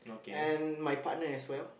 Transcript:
and my partner as well